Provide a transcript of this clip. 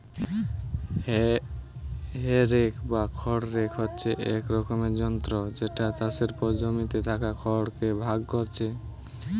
হে rake বা খড় rake হচ্ছে এক রকমের যন্ত্র যেটা চাষের পর জমিতে থাকা খড় কে ভাগ কোরছে